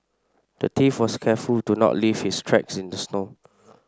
the thief was careful to not leave his tracks in the snow